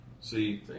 See